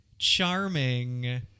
charming